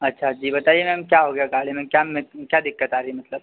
अच्छा जी बताइए मैम क्या हो गया गाड़ी में क्या क्या दिक़्क़त आ रई मतलब